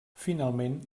finalment